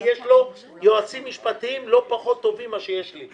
יש לו יועצים משפטיים לא פחות טובים ממה שיש לי.